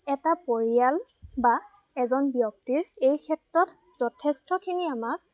এটা পৰিয়াল বা এজন ব্যক্তিৰ এই ক্ষেত্ৰত যথেষ্টখিনি আমাক